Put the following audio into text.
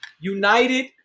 United